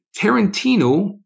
Tarantino